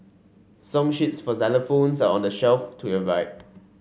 song sheets for xylophones are on the shelf to your right